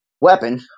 weapon